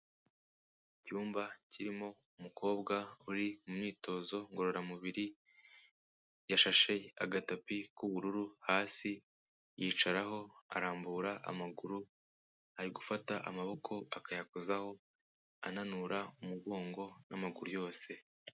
Icyumba kirimo umukobwa uri mu myitozo ngororamubiri, yashashe agatapi k'ubururu hasi, yicaraho arambura amaguru, ari gufata amaboko akayakozaho, ananura umugongo n'amaguru yose.